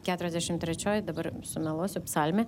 keturiasdešimt trečioji dabar sumeluosiu psalmė